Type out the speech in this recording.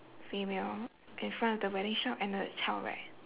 female in front of the wedding shop and the child right